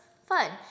Fun